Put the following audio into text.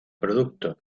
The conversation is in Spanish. producto